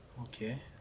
Okay